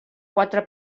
quatre